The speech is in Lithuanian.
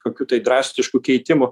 kokių tai drastiškų keitimų